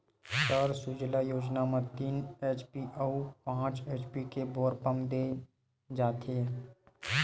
सौर सूजला योजना म तीन एच.पी अउ पाँच एच.पी के बोर पंप दे जाथेय